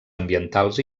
ambientals